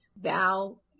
Val